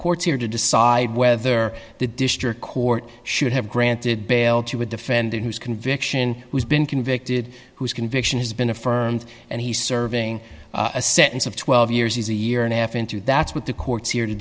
courts here to decide whether the district court should have granted bail to a defendant whose conviction has been convicted whose conviction has been affirmed and he's serving a sentence of twelve years he's a year and a half into that's what the courts here to